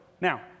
Now